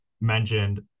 mentioned